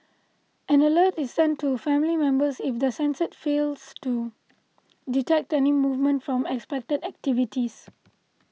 an alert is sent to family members if the sensors fails to detect any movement from expected activities